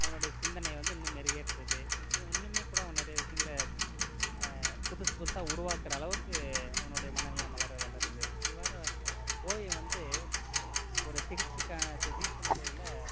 அவனுடைய சிந்தனை வந்து இன்னும் மெருகேற்றுறது இது இன்னுமே கூட அவன் நிறைய விசயங்கள புதுசு புதுசாக உருவாக்குற அளவுக்கு அவனோடைய மனநிலை மலர வளருது இவ்வாறு வ ஓவியம் வந்து ஒரு சிகிச்சைக்கான சிகிச்சை முறையில்